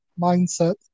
mindset